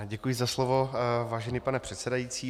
Děkuji za slovo, vážený pane předsedající.